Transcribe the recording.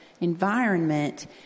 environment